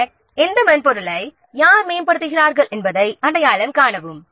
பின்னர் எந்த மென்பொருளை யார் மேம்படுத்துகிறார்கள் என்பதை அடையாளம் காண வேண்டும்